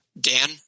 Dan